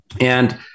And-